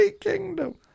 Kingdom